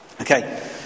Okay